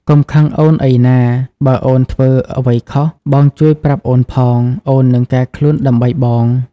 កុំខឹងអូនអីណា បើអូនធ្វើអ្វីខុស បងជួយប្រាប់អូនផង អូននឹងកែខ្លួនដើម្បីបង។